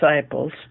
disciples